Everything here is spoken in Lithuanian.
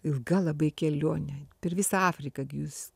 ilga labai kelionė per visą afriką gi jūs